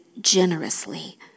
generously